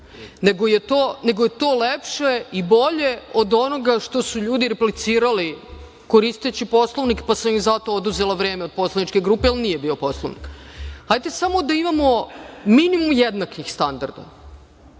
nego je to lepše i bolje od onoga što su ljudi replicirali koristeći Poslovnik, pa sam im zato oduzela vreme od poslaničke grupe, jer nije bio Poslovnik. Hajde samo da imamo minimum jednakih standarda.